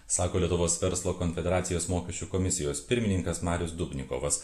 sako lietuvos verslo konfederacijos mokesčių komisijos pirmininkas marius dubnikovas